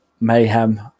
Mayhem